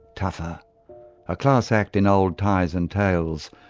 tougher a class act in old ties and tails,